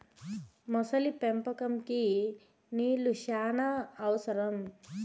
మొసలి పెంపకంకి నీళ్లు శ్యానా అవసరం